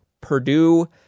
Purdue